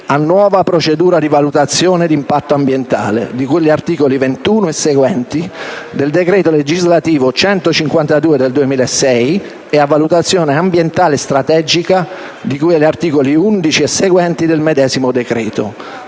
a nuova procedura di valutazione di impatto ambientale di cui agli articoli 21 e seguenti del decreto legislativo, n. 152 del 2006, e a valutazione ambientale strategica di cui agli articoli 11 e seguenti del medesimo decreto,